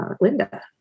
Linda